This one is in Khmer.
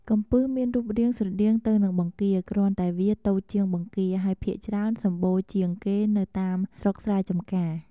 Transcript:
កំពឹសមានរូបរាងស្រដៀងទៅនឹងបង្គា គ្រាន់តែវាតូចជាងបង្គាហើយភាគច្រើនសំបូរជាងគេនៅតាមស្រុកស្រែចម្ការ។